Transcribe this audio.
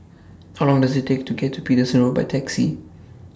How Long Does IT Take to get to Paterson Road By Taxi